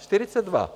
Čtyřicet dva.